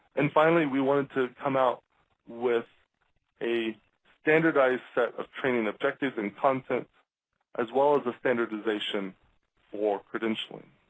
and finally, we wanted to come out with a standardized set of training objectives and content as well as standardization for credentialing.